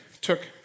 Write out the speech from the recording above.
took